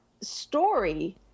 story